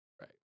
Right